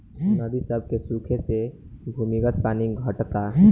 नदी सभ के सुखे से भूमिगत पानी घटता